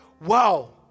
wow